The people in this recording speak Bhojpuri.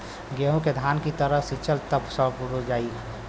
गेंहू के धान की तरह सींचब त सड़ जाई